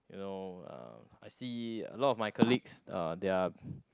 you know uh I see a lot of my colleagues uh they are